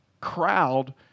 crowd